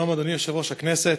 שלום, אדוני, יושב-ראש הכנסת,